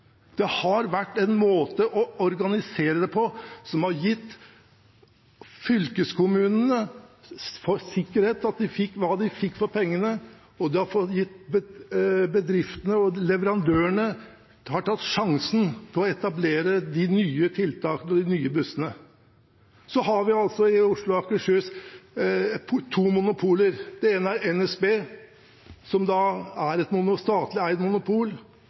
Det har vært en måte å organisere det på som har gitt fylkeskommunene sikkerhet for hva de fikk for pengene, og bedriftene og leverandørene har tatt sjansen på å etablere de nye tiltakene og de nye bussene. Vi har to monopol i Oslo og Akershus. Det ene er NSB, som er et statlig eid monopol,